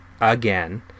again